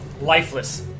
lifeless